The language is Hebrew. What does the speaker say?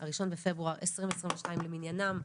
1 בפברואר 2022 למניינם.